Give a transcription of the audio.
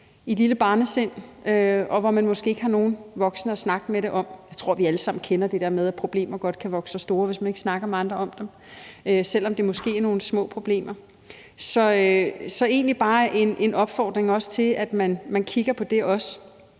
et lille barns sind, og hvor man måske ikke har nogen voksne at snakke om det med. Jeg tror, vi alle sammen kender det der med, at problemer godt kan vokse sig store, hvis man ikke snakker med andre om dem, selv om det måske er nogle små problemer. Så det er egentlig bare en opfordring til, at man også kigger på det.